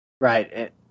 right